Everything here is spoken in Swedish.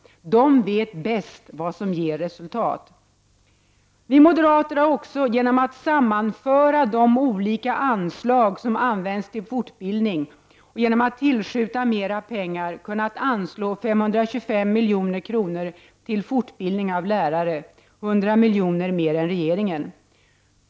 De vet bäst vad som ger resultat. Vi moderater har också genom att sammanföra de olika anslag som används till fortbildning och genom att tillskjuta mera pengar kunnat föreslå 525 milj.kr. till fortbildning av lärare, 100 milj.kr. mera än regeringen.